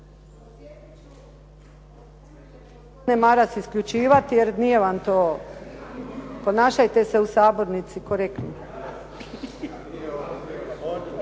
Maras isključivati jer nije vam to, ponašajte se u Sabornici korektno.